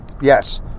Yes